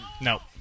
No